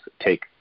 take